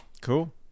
Cool